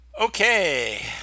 Okay